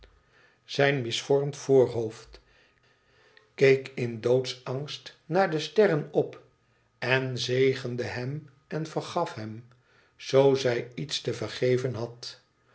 wkderzijdschs vriend voorhoofd keek in doodsangst naar de sterren op en zegende hem en vergaf hem f zoo zij iets te vergeven had